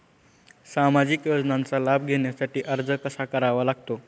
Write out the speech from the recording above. सामाजिक योजनांचा लाभ घेण्यासाठी अर्ज कसा करावा लागतो?